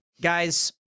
guys